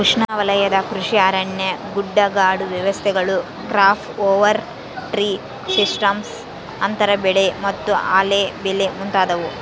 ಉಷ್ಣವಲಯದ ಕೃಷಿ ಅರಣ್ಯ ಗುಡ್ಡಗಾಡು ವ್ಯವಸ್ಥೆಗಳು ಕ್ರಾಪ್ ಓವರ್ ಟ್ರೀ ಸಿಸ್ಟಮ್ಸ್ ಅಂತರ ಬೆಳೆ ಮತ್ತು ಅಲ್ಲೆ ಬೆಳೆ ಮುಂತಾದವು